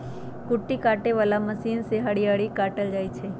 कुट्टी काटे बला मशीन से हरियरी काटल जाइ छै